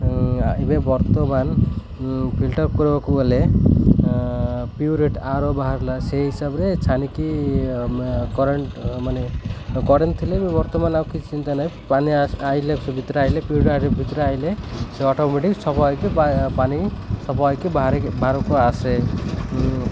ଏବେ ବର୍ତ୍ତମାନ ଫିଲ୍ଟର କରିବାକୁ ଗଲେ ପିୟୋର ଇଟ ଆରୋ ବାହାରିଲା ସେଇ ହିସାବରେ ଛାନିକି କରେଣ୍ଟ ମାନେ କରେଣ୍ଟ ଥିଲେ ବି ବର୍ତ୍ତମାନ ଆଉ କିଛି ଚିନ୍ତା ନାହିଁ ପାନି ଆଇଲେ ଭିତରେ ଆଇଲେ ପ୍ୟୁରିଟ୍ ଭିତରେ ଆଇଲେ ସେ ଅଟୋମେଟିକ ସବୁ ଆକି ପାନି ସବୁ ଆଇକି ବାହାରିକି ବାହାରକୁ ଆସେ